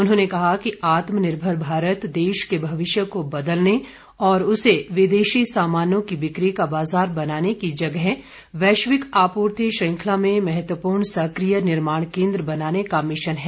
उन्होंने कहा कि आत्मनिर्भर भारत देश के भविष्य को बदलने और उसे विदेशी सामानों की बिक्री का बाजार बनाने की जगह वैश्विक आपूर्ति श्रृंखला में महत्वपूर्ण सक्रिय निर्माण केन्द्र बनाने का मिशन है